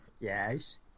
Yes